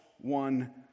one